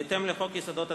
בהתאם לחוק יסודות התקציב,